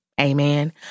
amen